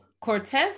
Cortez